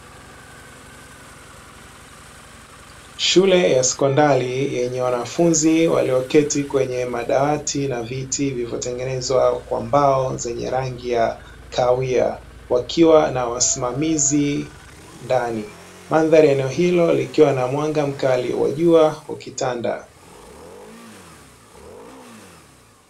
Shule ya sekondari yenye wanafunzi walioketi kwenye madawati na viti vilivyotengenezwa kwa mbao zenye rangi ya kahawia, wakiwa na wasimamizi ndani mandhari ya eneo hilo likiwa na mwanga mkali wa jua ukitanda.